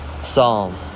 Psalm